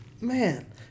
man